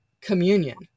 communion